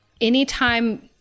anytime